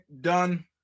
done